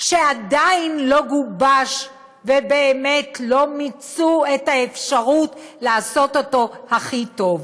שעדיין לא גובש ובאמת לא מיצו את האפשרות לעשות אותו הכי טוב.